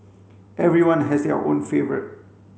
everyone has their own favourite